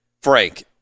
Frank